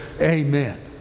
amen